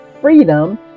freedom